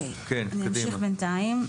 אני אמשיך בינתיים.